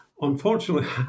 Unfortunately